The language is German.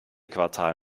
quartal